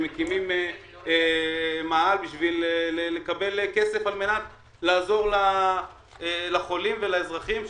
שמקימים מאהל בשביל לקבל כסף על מנת לעזור לחולים ולאזרחים,